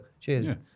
Cheers